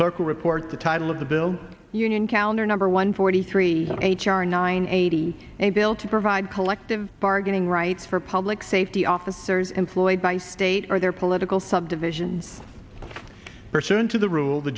clerk will report the title of the bill union calendar number one forty three h r nine eighty a bill to provide collective bargaining rights for public safety officers employed by state or their political subdivision pursuant to the rule the